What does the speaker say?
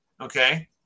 Okay